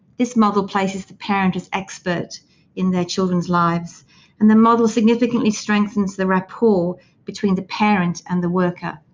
this model places the parent as expert in their children's lives and the model significantly strengthens the rapport between the parent and the worker.